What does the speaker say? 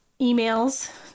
emails